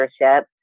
leadership